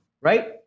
Right